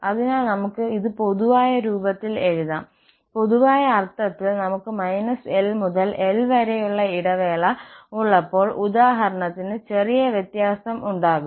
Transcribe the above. അതിനാൽ നമുക്ക് ഇത് പൊതുവായ രൂപത്തിൽ എഴുതാം പൊതുവായ അർത്ഥത്തിൽ നമുക്ക് L മുതൽ L വരെയുള്ള ഇടവേള ഉള്ളപ്പോൾ ഉദാഹരണത്തിന് ചെറിയ വ്യത്യാസം ഉണ്ടാകും